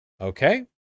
Okay